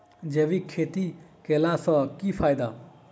जैविक खेती केला सऽ की फायदा?